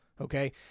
Okay